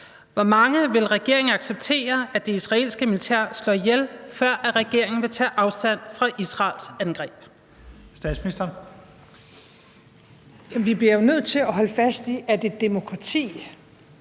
Hvor mange vil regeringen acceptere det israelske militær slår ihjel, før regeringen vil tage afstand fra Israels angreb? Kl. 14:32 Første næstformand (Leif Lahn